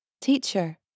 Teacher